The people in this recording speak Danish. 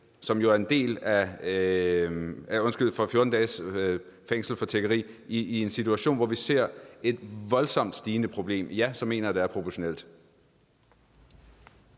med at give 14 dages fængsel for tiggeri i en situation, hvor vi ser et voldsomt stigende problem, ja, så mener jeg, det er proportionalt.